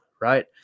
right